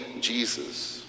Jesus